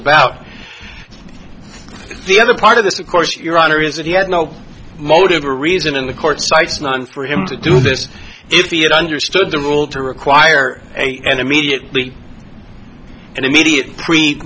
about the other part of this of course your honor is that he had no motive or reason in the court cites none for him to do this if he had understood the rule to require and immediately and immediate